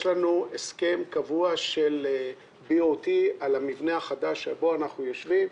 יש לנו הסכם קבוע של BOT על המבנה החדש בו אנחנו יושבים.